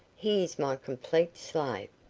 he is my complete slave.